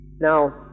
Now